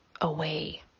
away